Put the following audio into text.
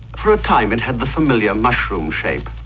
for a time it had the familiar mushroom shape,